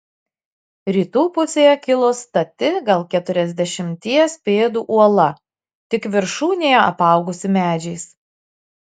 rytų pusėje kilo stati gal keturiasdešimties pėdų uola tik viršūnėje apaugusi medžiais